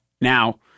Now